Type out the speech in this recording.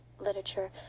literature